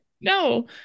no